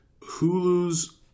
Hulu's